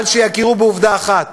אבל שיכירו בעובדה אחת: